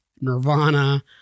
Nirvana